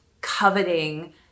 coveting